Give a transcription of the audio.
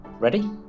Ready